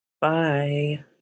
bye